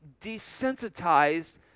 desensitized